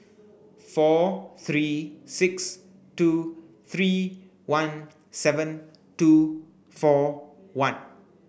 four three six two three one seven two four one